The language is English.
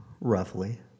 roughly